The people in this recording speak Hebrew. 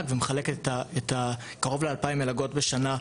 להשכלה גבוהה ומחלקת קרוב ל-2,000 מלגות בשנה,